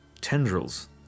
tendrils